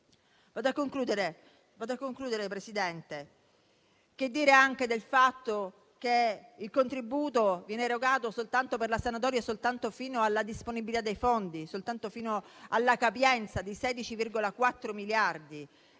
In conclusione, Presidente, che dire del fatto che il contributo viene erogato soltanto per la sanatoria e soltanto fino alla disponibilità dei fondi, cioè soltanto fino alla capienza di 16,4 miliardi.